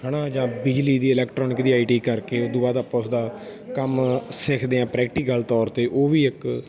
ਹੈ ਨਾ ਜਾਂ ਬਿਜਲੀ ਦੀ ਇਲੈਕਟਰੋਨਿਕ ਦੀ ਆਈ ਟੀ ਆਈ ਕਰਕੇ ਉੱਦੂ ਬਾਅਦ ਆਪਾਂ ਉਸਦਾ ਕੰਮ ਸਿੱਖਦੇ ਹਾਂ ਪ੍ਰੈਕਟੀਕਲ ਤੌਰ 'ਤੇ ਉਹ ਵੀ ਇੱਕ